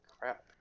crap